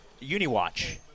UniWatch